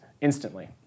instantly